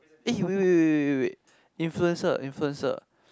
eh wait wait wait wait wait influencer influencer